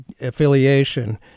affiliation